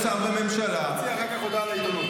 שר בממשלה -- תוציא אחר כך הודעה לעיתונות.